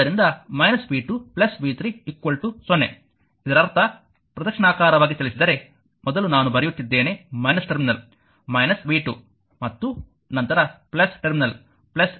ಆದ್ದರಿಂದ v 2 v 3 0 ಇದರರ್ಥ ಪ್ರದಕ್ಷಿಣಾಕಾರವಾಗಿ ಚಲಿಸಿದರೆ ಮೊದಲು ನಾನು ಬರೆಯುತ್ತಿದ್ದೇನೆ ಟರ್ಮಿನಲ್ v 2 ಮತ್ತು ನಂತರ ಟರ್ಮಿನಲ್ v 3 ಎದುರಿಸುತ್ತಿದೆ